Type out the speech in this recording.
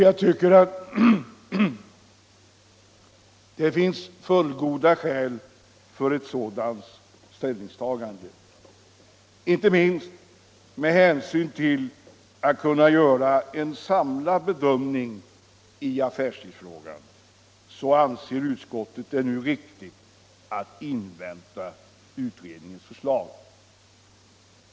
Jag tycker att det finns fullgoda skäl för ett sådant ställningstagande. Inte minst med hänsyn till möjligheterna att göra en samlad bedömning av affärstidsfrågan anser utskottet det nu vara riktigt att invänta utredningens förslag.